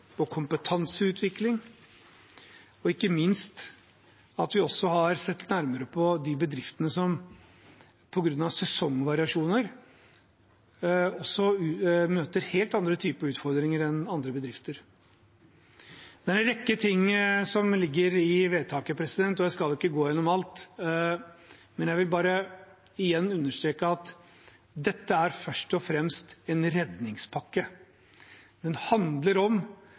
på plass noen gode tiltak for private tjenestepensjonsordninger og kompetanseutvikling, og ikke minst at vi også har sett nærmere på de bedriftene som på grunn av sesongvariasjoner møter helt andre typer utfordringer enn andre bedrifter. Det er en rekke ting som ligger i vedtakene, og jeg skal ikke gå gjennom alt. Men jeg vil igjen understreke at dette først og fremst er en redningspakke. Den handler om